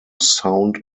sound